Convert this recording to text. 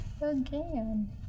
Again